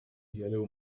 yellow